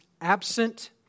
absent